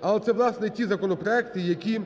Але це, власне, ті законопроекти, які